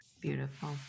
Beautiful